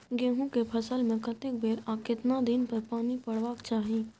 गेहूं के फसल मे कतेक बेर आ केतना दिन पर पानी परबाक चाही?